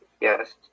Yes